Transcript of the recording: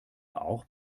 auch